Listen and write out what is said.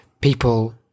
People